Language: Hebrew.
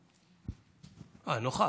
אה, נוכח.